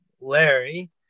larry